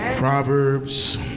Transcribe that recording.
Proverbs